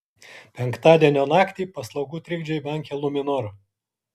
penktadienio naktį paslaugų trikdžiai banke luminor